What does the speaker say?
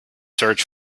search